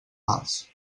mals